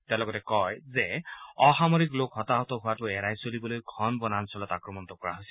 তেওঁ লগতে কয় যে অসামৰিক লোক হতাহত হোৱাটো এৰাই চলিবলৈ ঘন বনাঞ্চলত আক্ৰমণটো কৰা হৈছিল